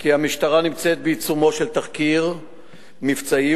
כי המשטרה נמצאת בעיצומו של תחקיר מבצעי,